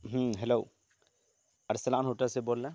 ہوں hello Arslan hotel سے بول رہیں